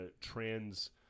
trans